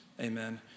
Amen